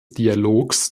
dialogs